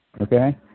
okay